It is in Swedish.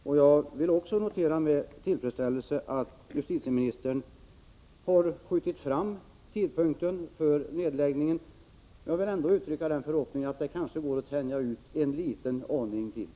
Också jag vill notera med tillfredsställelse att justitieministern har skjutit fram tidpunkten för nedläggningen, men jag vill ändå uttrycka förhoppningen att man prövar möjligheterna att tänja på tidsfristen ytterligare en liten aning.